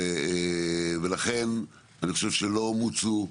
ולכן אני חושב שלא מוצו,